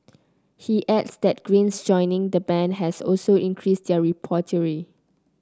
he adds that Green's joining the band has also increased their repertoire